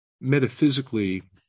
metaphysically